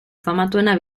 famatuena